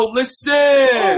listen